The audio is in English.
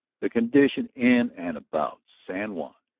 the condition in and about san juan,